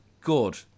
good